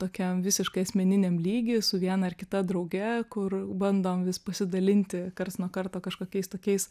tokiam visiškai asmeniniam lygy su viena ar kita drauge kur bandom vis pasidalinti karts nuo karto kažkokiais tokiais